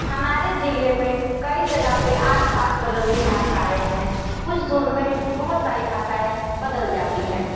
हमारे ज़िले में कई जगह पर आसपास बदलती भाषाएँ हैं कुछ दूर में बहुत सारी भाषाएँ बदल जाती हैं